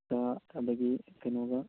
ꯑꯗꯨꯗꯒꯤ ꯀꯩꯅꯣꯒ